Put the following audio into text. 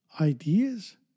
ideas